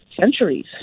centuries